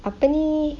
apa ni